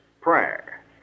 prayer